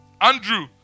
Andrew